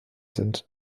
sind